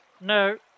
No